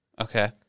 Okay